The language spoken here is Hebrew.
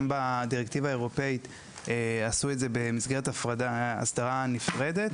גם בדירקטיבה האירופאית עשו את זה במסגרת הסדרה נפרדת